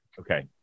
Okay